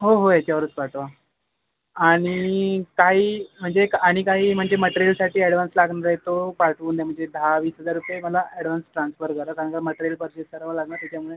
हो हो याच्यावरच पाठवा आणि काही म्हणजे आणि काही म्हणजे मट्रेयलसाठी अॅडव्हान्स लागणार आहे तो पाठवून द्या म्हणजे दहा वीस हजार रुपये मला अॅडव्हान्स ट्रान्सफर करा कारण का मट्रेयल पर्चेस करावं लागणार त्याच्यामुळे